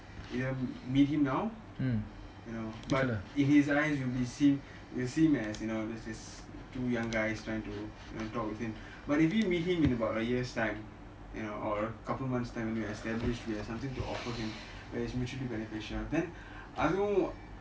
you can meet him now you know but in his eyes we would be seen as two young guys trying to talk with him but if you meet him in about a year's time you know or a couple of months' time and we establish that we have something to offer him that is mutually beneficial then அதுவும்:athuvum